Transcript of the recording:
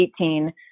2018